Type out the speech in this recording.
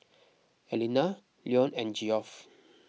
Aleena Leone and Geoff